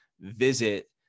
visit